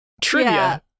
Trivia